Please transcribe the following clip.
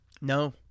no